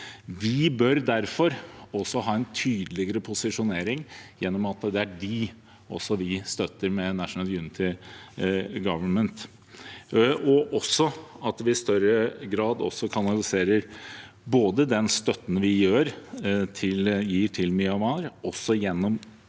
vi bør derfor også ha en tydeligere posisjonering gjennom at det er dem også vi støtter, med National Unity Government. Vi bør i større grad også kanalisere den støtten vi gir til Myanmar, gjennom